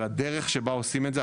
אבל הדרך שבה עושים את זה,